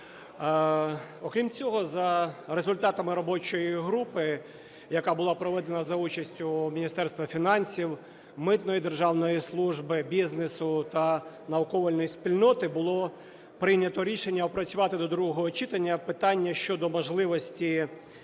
Окрім цього, за результатами робочої групи, яка була проведена за участю Міністерства фінансів, Митної державної служби, бізнесу та наукової спільноти, було прийнято рішення опрацювати до другого читання питання щодо можливості